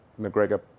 mcgregor